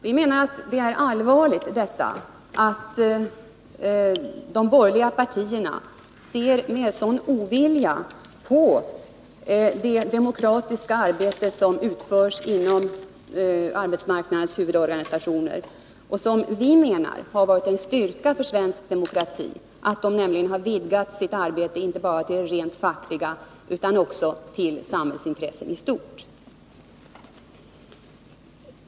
Vi menar att det är allvarligt att de borgerliga partierna ser med sådan ovilja på det demokratiska arbete som utförs inom arbetsmarknadens huvudorganisationer. Vi menar att det har varit en styrka för svensk demokrati att dessa organisationer vidgat sitt arbete att inte bara omfatta rent fackliga frågor utan också landets intressen i stort.